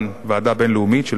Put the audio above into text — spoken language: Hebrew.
ועדה בין-לאומית של פלמר,